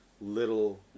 little